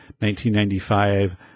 1995